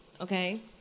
Okay